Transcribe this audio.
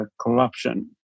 corruption